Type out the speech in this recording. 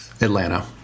Atlanta